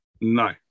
No